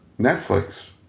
Netflix